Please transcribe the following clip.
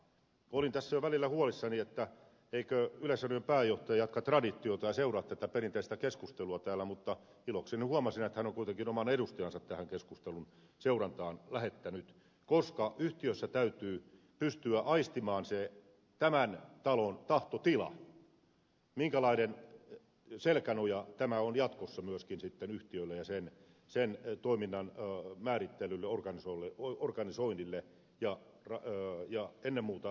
olin tässä jo välillä huolissani että eikö yleisradion pääjohtaja jatka traditiota ja seuraa tätä perinteistä keskustelua täällä mutta ilokseni huomasin että hän on kuitenkin oman edustajansa tähän keskustelun seurantaan lähettänyt koska yhtiössä täytyy pystyä aistimaan tämän talon tahtotila minkälainen selkänoja tämä on myöskin jatkossa sitten yhtiölle ja sen toiminnan määrittelylle organisoinnille ja ennen muuta rahoitukselle